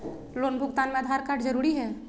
Loan भुगतान में Aadhaar card जरूरी है?